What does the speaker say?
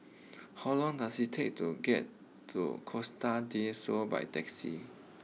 how long does it take to get to Costa Del Sol by taxi